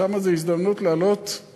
שם זו הזדמנות להעלות כל דבר.